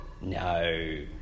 No